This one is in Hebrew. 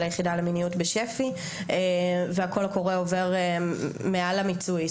של היחידה למיניות בשפ"י והקול הקורא עובר מעל המיצוי.